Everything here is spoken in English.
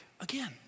again